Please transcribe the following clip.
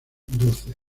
doce